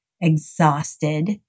exhausted